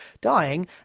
Dying